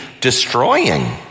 destroying